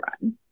run